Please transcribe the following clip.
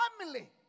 family